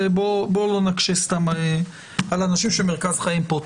בואו לא נקשה סתם על אנשים שמרכז חייהם פה.